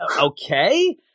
Okay